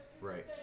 Right